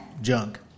junk